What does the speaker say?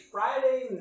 Friday